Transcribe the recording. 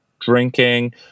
drinking